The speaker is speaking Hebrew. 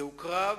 זהו קרב,